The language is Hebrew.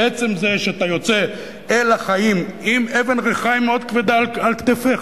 עצם זה שאתה יוצא אל החיים עם אבן ריחיים מאוד כבדה על כתפיך,